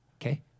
Okay